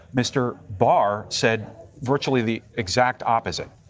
mr. barr said virtually the exact opposite.